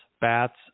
bats